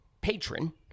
patron